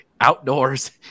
outdoors